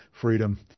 freedom